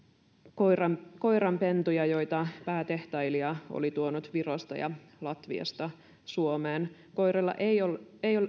koiranpentuja joita päätehtailija oli tuonut virosta ja latviasta suomeen koirilla ei ollut